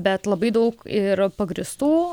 bet labai daug ir pagrįstų